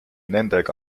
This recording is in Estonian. nendega